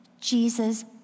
Jesus